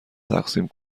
تقسیم